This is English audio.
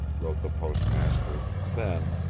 wrote the postmaster then,